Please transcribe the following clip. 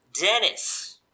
Dennis